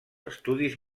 estudis